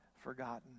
forgotten